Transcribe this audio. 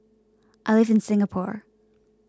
I live in Singapore